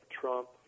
Trump